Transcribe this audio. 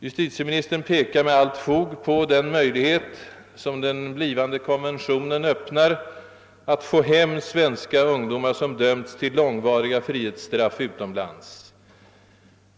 Justitieministern pekar med allt fog på den möjlighet som den blivande konventionen öppnar att få hem svenska ungdomar som dömts till långvariga frihetssiraff utomlands.